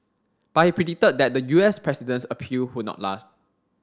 but he predicted that the U S president's appeal would not last